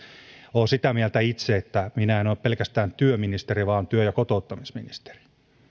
itse sitä mieltä että en ole pelkästään työministeri vaan työ ja kotouttamisministeri